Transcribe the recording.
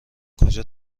کجا